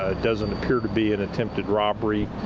ah doesn't appear to be an attempted robbery,